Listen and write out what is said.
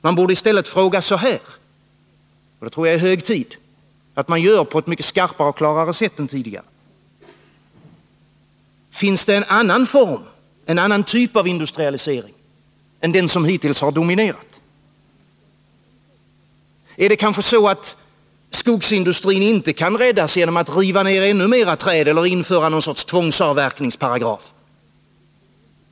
Man borde i stället fråga så här — jag tror att det är hög tid att man gör det på ett mycket skarpare och klarare sätt än tidigare: Finns det en annan form, en annan typ av industrialisering än den som hittills har dominerat? Är det kanske så att skogsindustrin inte kan räddas genom att man river ner ännu mera träd eller inför något slags tvångsavverkningsparagraf?